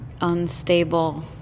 unstable